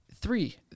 three